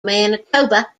manitoba